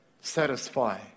satisfy